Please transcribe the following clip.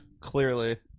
clearly